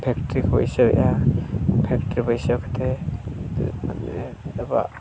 factory ᱠᱚ ᱵᱟᱹᱭᱥᱟᱹᱣᱮᱜᱼᱟ factory ᱵᱟᱹᱭᱥᱟᱹᱣ ᱠᱟᱛᱮᱫ